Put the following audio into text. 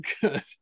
Good